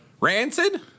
Rancid